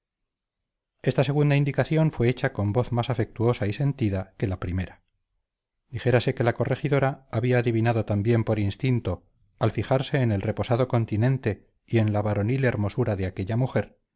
esta segunda indicación fue hecha con voz más afectuosa y sentida que la primera dijérase que la corregidora había adivinado también por instinto al fijarse en el reposado continente y en la varonil hermosura de aquella mujer